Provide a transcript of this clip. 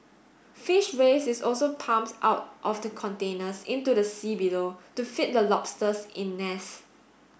fish waste is also pumped out of the containers into the sea below to feed the lobsters in nets